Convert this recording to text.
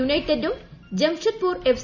യുണൈറ്റഡും ജംഷഡ്പൂർ എഫ്